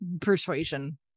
persuasion